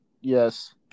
yes